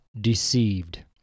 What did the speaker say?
Deceived